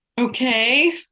Okay